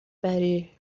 بری